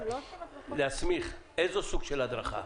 להסמיך איזה סוג של הדרכה.